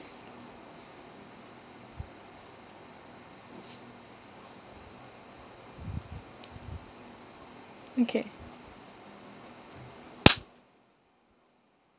okay